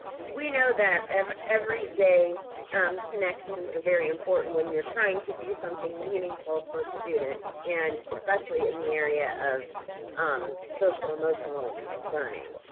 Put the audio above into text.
we know that um every day and connections are very important when you're trying to do something meaningful for students and especially in the area of um social emotional learning.